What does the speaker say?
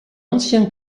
ancien